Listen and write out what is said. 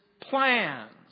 plans